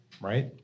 right